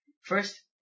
first